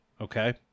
okay